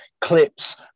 Clips